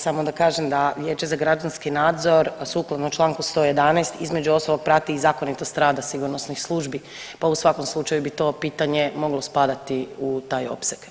Samo da kažem da Vijeća za građanski nadzor sukladno čl. 111. između ostalog prati i zakonitost rada sigurnosnih službi pa u svakom slučaju bi to pitanje moglo spadati u taj opseg.